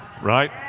right